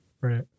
Right